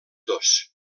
dos